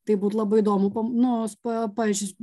tai būt labai įdomu pam nu s pa paž